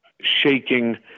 shaking